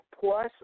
Plus